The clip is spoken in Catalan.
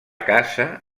casa